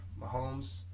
Mahomes